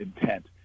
intent